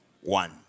One